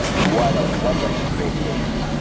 what a wonderful great case.